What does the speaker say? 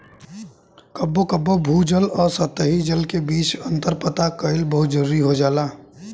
कबो कबो भू जल आ सतही जल के बीच में अंतर पता कईल बहुत जरूरी हो जाला